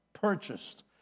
purchased